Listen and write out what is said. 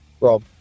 Rob